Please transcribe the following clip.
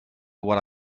what